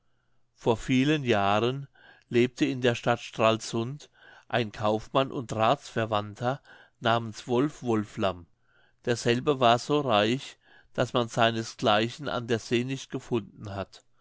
vor vielen jahren lebte in der stadt stralsund ein kaufmann und rathsverwandter namens wolf wolflamm derselbe war so reich daß man seines gleichen an der see nicht gefunden hat